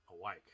awake